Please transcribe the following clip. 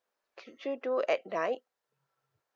could you do at night